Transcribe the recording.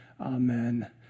Amen